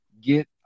get